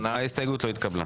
ההסתייגות לא התקבלה.